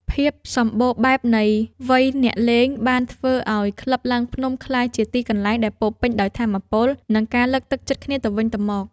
ភាពសម្បូរបែបនៃវ័យអ្នកលេង បានធ្វើឱ្យក្លឹបឡើងភ្នំក្លាយជាទីកន្លែងដែលពោរពេញដោយថាមពល និងការលើកទឹកចិត្តគ្នាទៅវិញទៅមក។